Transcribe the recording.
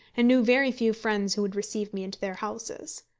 and knew very few friends who would receive me into their houses.